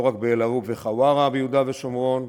לא רק באל-ערוב וחווארה ביהודה ושומרון,